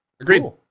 agreed